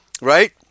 right